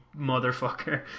motherfucker